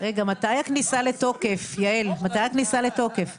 מתי הכניסה לתוקף של